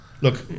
Look